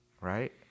Right